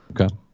Okay